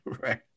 Right